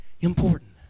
important